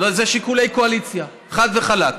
זה שיקולי קואליציה, חד וחלק.